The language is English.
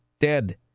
dead